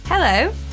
Hello